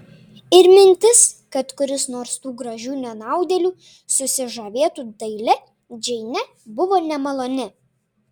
ir mintis kad kuris nors tų gražių nenaudėlių susižavėtų dailia džeine buvo nemaloni